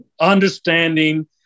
understanding